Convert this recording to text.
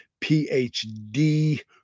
PhD